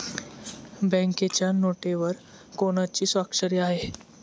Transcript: बँकेच्या नोटेवर कोणाची स्वाक्षरी आहे?